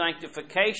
sanctification